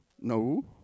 no